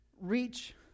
reach